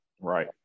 Right